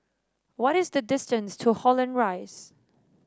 what is the distance to Holland Rise